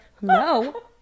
No